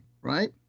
right